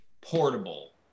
portable